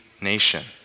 nation